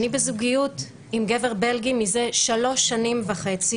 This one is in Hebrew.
אני בזוגיות עם גבר בלגי מזה שלוש שנים וחצי